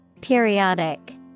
Periodic